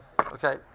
Okay